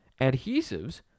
adhesives